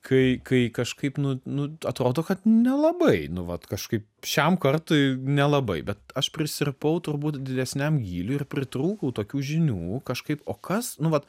kai kai kažkaip nu nu atrodo kad nelabai nu vat kažkaip šiam kartui nelabai bet aš prisirpau turbūt didesniam gyliui ir pritrūkau tokių žinių kažkaip o kas nu vat